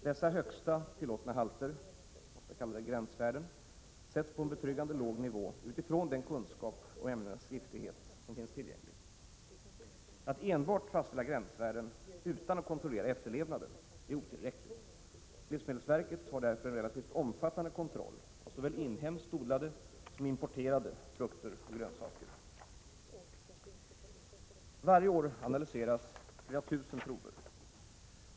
Dessa högsta tillåtna halter, ofta kallade gränsvärden, sätts på en betryggande låg nivå utifrån den kunskap om ämnenas giftighet som finns tillgänglig. Att enbart fastställa gränsvärden utan att kontrollera efterlevnaden är otillräckligt. Livsmedelsverket har därför en relativt omfattande kontroll av såväl inhemskt odlade som importerade frukter och grönsaker. Varje år analyseras flera tusen prover.